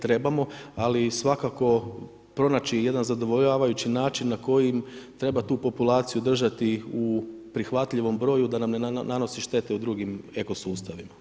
Trebamo, ali svakako pronaći jedan zadovoljavajući način na koji treba tu populaciju držati u prihvatljivom broju da nam ne nanosi štete u drugim eko sustavima.